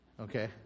Okay